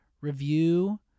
review